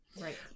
right